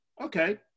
okay